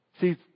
See